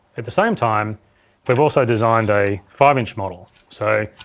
at the same time we've also designed a five inch model, so,